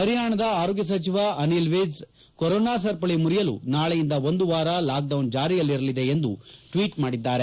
ಹರಿಯಾಣದ ಆರೋಗ್ಲ ಸಚಿವ ಅನಿಲ್ ವಿಜ್ ಕೊರೊನಾ ಸರಪಳಿ ಮುರಿಯಲು ನಾಳೆಯಿಂದ ಒಂದು ವಾರ ಲಾಕ್ಡೌನ್ ಜಾರಿಯಲ್ಲಿರಲಿದೆ ಎಂದು ಟ್ನೀಟ್ ಮಾಡಿದ್ದಾರೆ